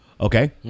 Okay